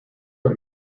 are